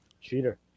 Cheater